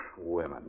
Women